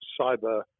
cyber